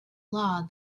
law